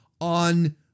on